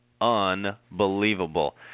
Unbelievable